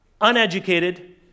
uneducated